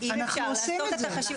אם אפשר לעשות את החשיבה.